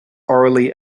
orally